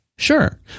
Sure